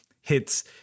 hits